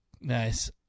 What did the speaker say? Nice